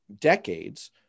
decades